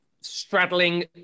straddling